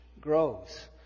grows